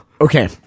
Okay